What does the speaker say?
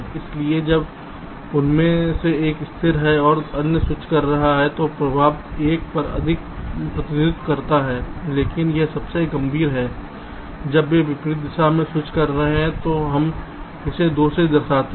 इसलिए जब उनमें से एक स्थिर है और अन्य स्विच कर रहा है तो प्रभाव 1 पर अधिक प्रतिनिधित्व करता है लेकिन यह सबसे गंभीर है जब वे विपरीत दिशा में स्विच कर रहे हैं तो हम इसे 2 से दर्शाते हैं